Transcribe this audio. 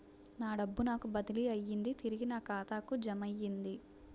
నా డబ్బు నాకు బదిలీ అయ్యింది తిరిగి నా ఖాతాకు జమయ్యింది